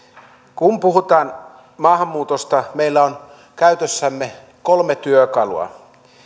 kun puhutaan maahanmuutosta meillä on käytössämme kolme työkalua